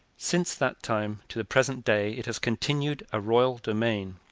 since that time to the present day it has continued a royal domain.